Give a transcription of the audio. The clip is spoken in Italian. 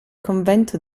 convento